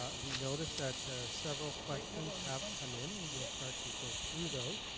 ah we noticed that several questions have come in, and we'll start to go through those.